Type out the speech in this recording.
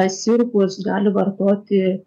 sirupus gali vartoti